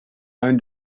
own